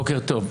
בוקר טוב.